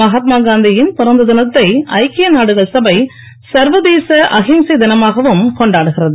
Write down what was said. மகாத்மாகாந்தியின் பிறந்த தினத்தை ஐக்கிய நாடுகள் சபை சர்வதேச அஹிம்சை தினமாகவும் கொண்டாடுகிறது